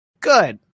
Good